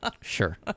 Sure